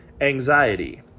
anxiety